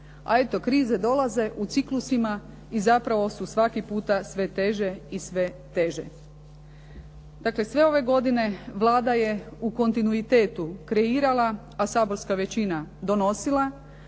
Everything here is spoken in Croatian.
A eto krize dolaze u ciklusima i zapravo su svaki puta sve teže i sve teže. Dakle, sve ove godine Vlada je u kontinuitetu kreirala a saborska većina donosila